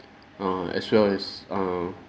err as well as err